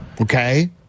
Okay